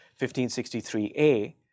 1563A